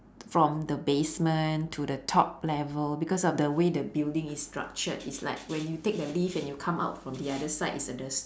from the basement to the top level because of the way the building is structured it's like when you take the lift and you come out from the other side it's at the